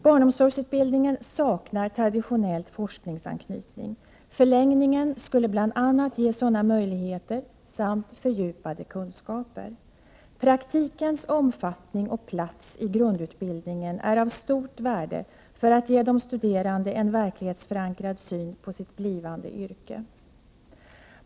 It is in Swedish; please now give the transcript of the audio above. Barnomsorgsutbildningen saknar traditionell forskningsanknytning. Förlängningen skulle bl.a. ge sådana möjligheter samt fördjupade kunskaper. Praktikens omfattning och plats i grundutbildningen är av stort värde för att ge de studerande en verklighetsförankrad syn på sitt blivande yrke.